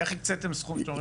איך הקצתם סכום?